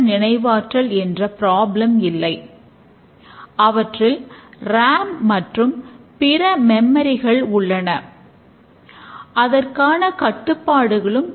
மற்றும் வினைச்சொல்லை உபயோகித்து பெயரிடப்பட்டுள்ளது